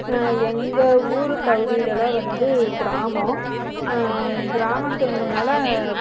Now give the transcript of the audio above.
எங்கள் ஊர் பகுதிலெலாம் வந்து கிராமம் கிராமத்துங்கிறனால